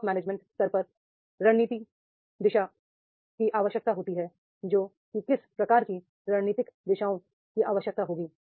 top management स्तरों पर रणनीतिक दिशा की आवश्यकता होती है जो कि किस प्रकार की स्ट्रैटेजिक डायरेक्शन की आवश्यकता होगी